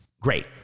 Great